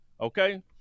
okay